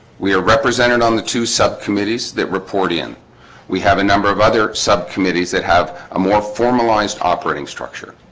we are represented on the two subcommittees that report in we have a number of other subcommittees that have a more formalized operating structure